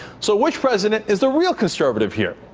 so which president is the real conservative here?